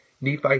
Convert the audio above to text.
Nephi